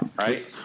right